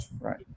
right